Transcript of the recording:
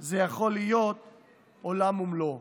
זה יכול להיות עולם ומלואו.